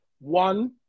one